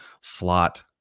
slot